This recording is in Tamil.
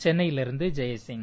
சென்னையிலிருந்து ஜெயசிங்